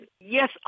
Yes